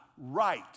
right